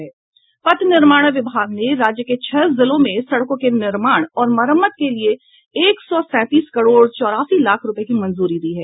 पथ निर्माण विभाग ने राज्य के छह जिलों में सड़कों के निर्माण और मरम्मत के लिए एक सौ सैंतीस करोड़ चौरासी लाख रूपये की मंजूरी दी है